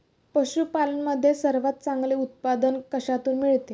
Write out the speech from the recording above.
पशूपालन मध्ये सर्वात चांगले उत्पादन कशातून मिळते?